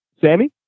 Sammy